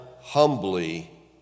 humbly